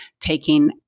taking